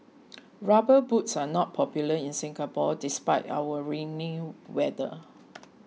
rubber boots are not popular in Singapore despite our rainy weather